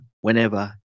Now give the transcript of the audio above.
whenever